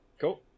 cool